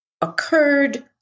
occurred